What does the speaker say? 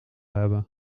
hebben